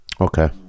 Okay